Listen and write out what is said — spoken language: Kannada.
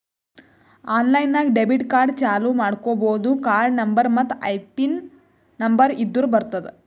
ಆನ್ಲೈನ್ ನಾಗ್ ಡೆಬಿಟ್ ಕಾರ್ಡ್ ಚಾಲೂ ಮಾಡ್ಕೋಬೋದು ಕಾರ್ಡ ನಂಬರ್ ಮತ್ತ್ ಐಪಿನ್ ನಂಬರ್ ಇದ್ದುರ್ ಬರ್ತುದ್